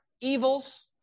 evils